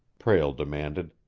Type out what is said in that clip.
prale demanded.